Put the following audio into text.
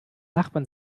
nachbarn